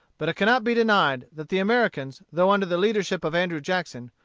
but it cannot be denied that the americans, though under the leadership of andrew jackson,